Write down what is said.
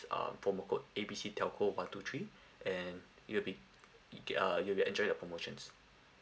um promo code A B C telco one two three and you will be i~ uh you will enjoy your promotions